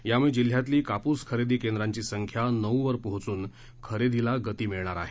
यामुळे जिल्ह्यातली कापूस खरेदी केंद्राची संख्या नऊवर पोहोचून खरेदीला गती मिळणार आहे